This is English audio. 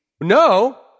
No